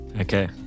Okay